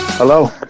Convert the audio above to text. Hello